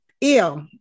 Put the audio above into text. ill